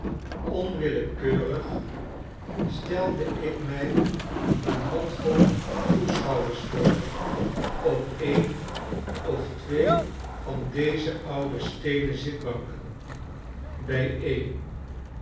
onwillekeurig stelde ik mij een handvol toeschouwers voor op een of twee van deze oude steenen zitbanken bijeen